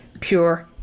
pure